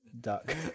duck